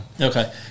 Okay